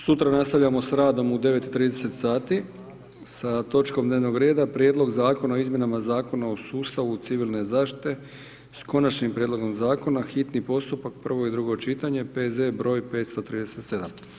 Sutra nastavljamo s radom u 9,30 sati sa točkom dnevnog reda Prijedlog zakona o izmjenama zakona o sustavu civilne zaštite, s konačnim prijedlogom zakona, hitni postupak, prvo i drugo čitanje, PZ br. 537.